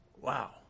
Wow